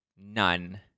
none